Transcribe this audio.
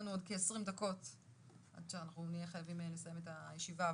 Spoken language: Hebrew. כ-20 דקות עד שנהיה חייבים לסיים את הישיבה,